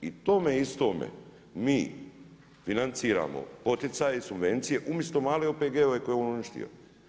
I tome istome mi financiramo poticaj, subvencije umjesto male OPG-ove koje je on uništio.